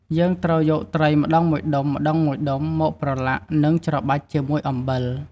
យើងត្រូវយកត្រីម្ដងមួយដុំៗមកប្រឡាក់ និងច្របាច់ជាមួយអំបិល។